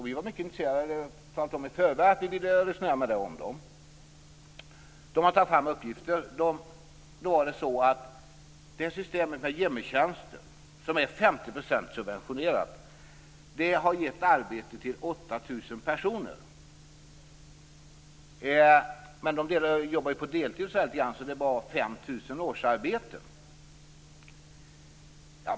Vi var mycket intresserade och hade i förväg talat om att vi ville resonera om detta med danskarna. De hade tagit fram uppgifter. Systemet med hjemme-tjänster som till 50 % är subventionerade har gett 8 000 personer arbete. På grund av att en del t.ex. jobbar deltid blir det bara 5 000 årsarbeten.